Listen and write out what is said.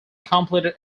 completed